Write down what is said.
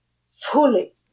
fully